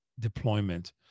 deployment